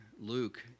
Luke